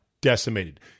decimated